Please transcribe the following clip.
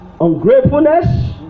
ungratefulness